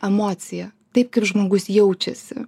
emociją taip kaip žmogus jaučiasi